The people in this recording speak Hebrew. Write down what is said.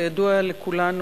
כידוע לכולנו,